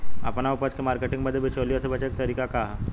आपन उपज क मार्केटिंग बदे बिचौलियों से बचे क तरीका का ह?